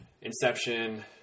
Inception